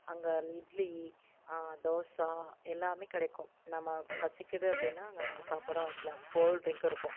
அங்கே இட்லி தோசை எல்லாமே கிடைக்கும் நம்ம பசிக்குது அப்படின்னா அங்கே நம்ம சாப்பாடும் வாங்கிக்கலாம் கோல்ட் ட்ரிங்க்கும் இருக்கும்